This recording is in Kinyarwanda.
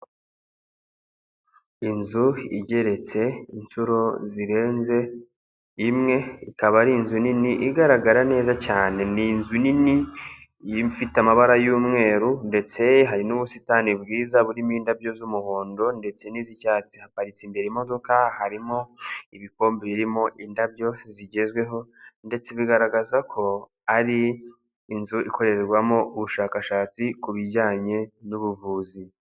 Inzu igeretse inshuro zirenze imwe, ikaba ari inzu nini igaragara neza cyane. Ni inzu nini ifite amabara y'umweru ndetse hari n'ubusitani bwiza burimo indabyo z'umuhondo ndetse n'iz'icyatsi. Haparitse imbere imodoka, harimo ibikombe birimo indabyo zigezweho ndetse bigaragaza ko ari inzu ikorerwamo ubushakashatsi ku bijyanye n'ubuvuzi.